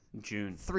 June